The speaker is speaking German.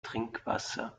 trinkwasser